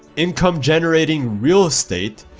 income generating real estate,